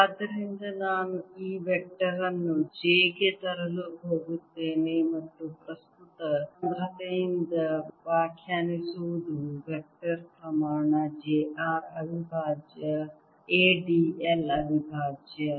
ಆದ್ದರಿಂದ ನಾನು ಈ ವೆಕ್ಟರ್ ಅನ್ನು j ಗೆ ತರಲು ಹೋಗುತ್ತೇನೆ ಮತ್ತು ಪ್ರಸ್ತುತ ಸಾಂದ್ರತೆಯಿಂದ ವ್ಯಾಖ್ಯಾನಿಸುವುದು ವೆಕ್ಟರ್ ಪ್ರಮಾಣ j r ಅವಿಭಾಜ್ಯ a d l ಅವಿಭಾಜ್ಯ